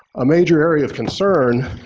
a major area of concern